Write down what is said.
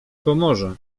pomoże